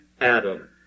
Adam